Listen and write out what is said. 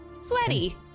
Sweaty